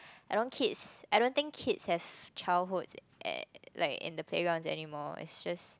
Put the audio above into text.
I know kids I don't think kids has childhood at like in the playgrounds anymore like it's just